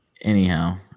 Anyhow